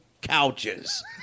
couches